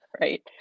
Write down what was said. Right